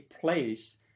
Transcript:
place